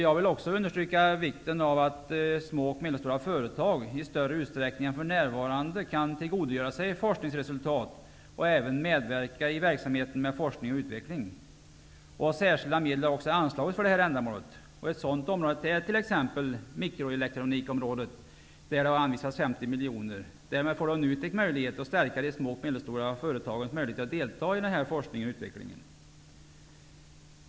Jag vill också understryka vikten av att små och medelstora företag i större utsträckning än för närvarande kan tillgodogöra sig forskningsresultat och även medverka i verksamheten med forskning och utveckling. Särskilda medel har också anslagits för detta ändamål. Ett sådant område är t.ex. miljoner. Därmed får NUTEK möjlighet att stärka de små och medelstora företagens möjligheter att delta i denna forskning och utveckling.